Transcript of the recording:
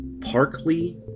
Parkley